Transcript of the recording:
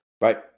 Right